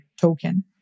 token